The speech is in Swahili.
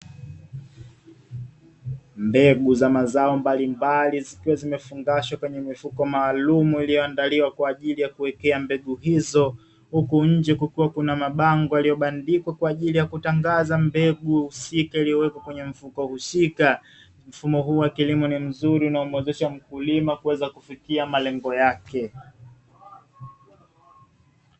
Mbegu za mazao mbalimbali zikiwa zimefungashwa kwenye mifuko maalumu iliyoandaliwa kwa ajili ya kuwekea mbegu hizo. Huku nje kukiwa kuna mabango yaliyobandikwa kwa ajili ya kutangaza mbegu husika iliyowekwa kwenye mfuko husika. Mfumo huu wa kilimo ni mzuri unaomuwezesha mkulima kuweza kufikia malengo yake.